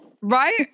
right